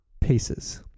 paces